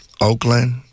Oakland